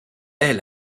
est